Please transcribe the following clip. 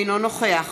אינו נוכח